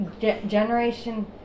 Generation